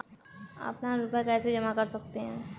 Offline रुपये कैसे जमा कर सकते हैं?